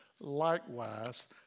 likewise